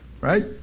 right